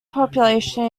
population